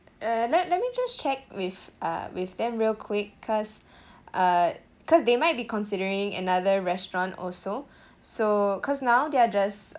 uh let let me just check with uh with them real quick cause uh cause they might be considering another restaurant also so cause now they're just